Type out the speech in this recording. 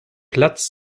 platz